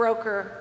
Broker